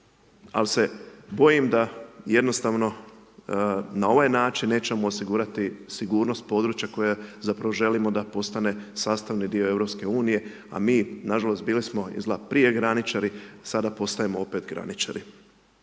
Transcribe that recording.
Al se bojim da jednostavno na ovaj način nećemo osigurati sigurnost područja koja zapravo želimo da postane sastavni dio EU, a mi nažalost bili smo izgleda prije graničari, sada postajemo opet graničari.